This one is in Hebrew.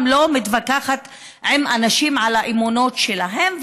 לא מתווכחת עם אנשים על האמונות שלהם,